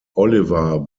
oliver